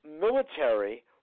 military